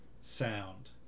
sound